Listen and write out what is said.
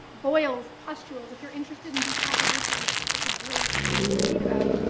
boils, pustules. if you're interested in decomposition, it's a great thing to read about.